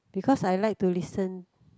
because I like to listen